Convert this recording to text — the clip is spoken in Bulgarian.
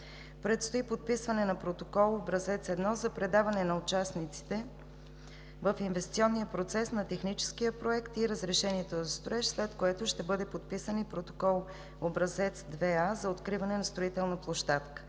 Предстои подписване на протокол образец № 1 за предаване на участниците в инвестиционния процес на техническия проект и разрешението за строеж, след което ще бъде подписан и протокол образец № 2а за откриване на строителна площадка.